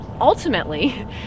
ultimately